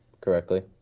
correctly